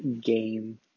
game